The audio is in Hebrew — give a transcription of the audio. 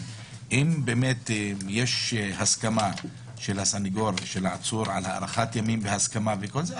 אם באמת יש הסכמה של הסנגור ושל העצור על הארכת ימים בהסכמה וכל זה,